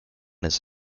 his